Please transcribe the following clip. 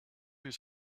his